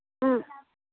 ம்